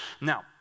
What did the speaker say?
Now